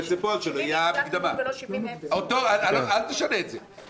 - אל תשנה את זה.